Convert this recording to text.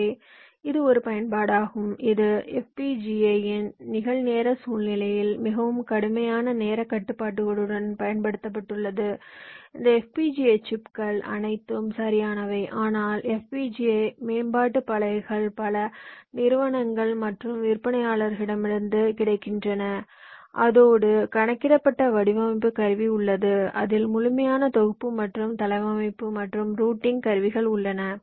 எனவே இது ஒரு பயன்பாடாகும் இது FPGA இன் நிகழ்நேர சூழ்நிலையில் மிகவும் கடுமையான நேரக் கட்டுப்பாடுகளுடன் பயன்படுத்தப்பட்டுள்ளது இந்த FPGA சிப்புகள் அனைத்தும் சரியானவை ஆனால் FPGA மேம்பாட்டு பலகைகள் பல நிறுவனங்கள் மற்றும் விற்பனையாளர்களிடமிருந்தும் கிடைக்கின்றன அதோடு கணக்கிடப்பட்ட வடிவமைப்பு கருவி உள்ளது அதில் முழுமையான தொகுப்பு மற்றும் தளவமைப்பு மற்றும் ரூட்டிங் கருவிகள் உள்ளன